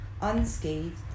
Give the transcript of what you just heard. Unscathed